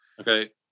okay